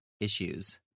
issues